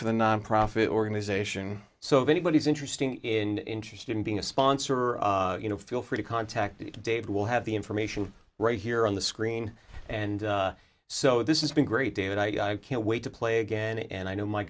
for the nonprofit organization so if anybody is interesting in interested in being a sponsor or you know feel free to contact david will have the information right here on the screen and so this is been great david i can't wait to play again and i know my